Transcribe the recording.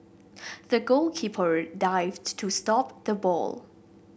the goalkeeper dived to stop the ball